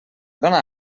donar